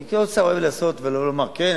כי כל שר אוהב לעשות ולומר: כן,